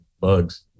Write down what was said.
bugs